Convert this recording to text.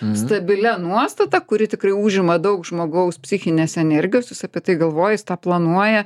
stabilia nuostata kuri tikrai užima daug žmogaus psichinės energijos jis apie tai galvoja jis tą planuoja